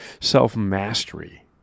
self-mastery